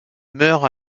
meurt